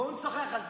בואו נשוחח על זה.